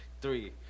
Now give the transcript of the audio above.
three